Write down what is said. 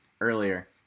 earlier